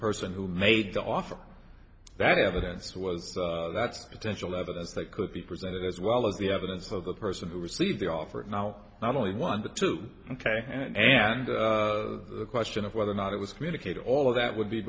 person who made the offer that evidence was that's potential evidence that could be presented as well as the evidence of the person who received the offer now not only one but two ok and the question of whether or not it was communicated all of that would be